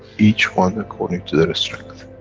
each one according to their ah strength.